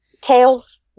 tails